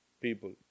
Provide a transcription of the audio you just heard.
people